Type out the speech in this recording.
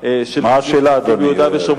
דוגמת בחינות בכתב ותואר